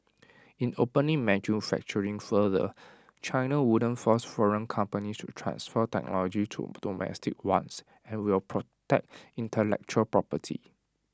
in opening manufacturing further China won't force foreign companies to transfer technology to domestic ones and will protect intellectual property